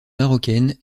marocaine